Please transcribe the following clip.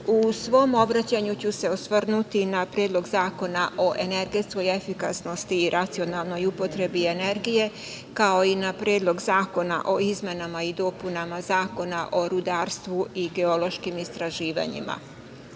u svom obraćanju ću se osvrnuti na Predlog zakona o energetskoj efikasnosti i racionalnoj upotrebi energije, kao i na predlog zakona o izmenama i dopunama Zakona o rudarstvu i geološkim istraživanjima. Strategijom